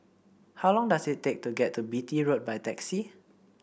how long does it take to get to Beatty Road by taxi